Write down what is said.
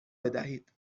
بدهید